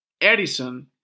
Edison